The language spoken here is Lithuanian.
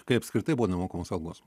kai apskritai buvo nemokamos algos